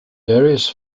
various